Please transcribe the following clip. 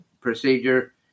procedure